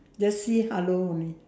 just say hello only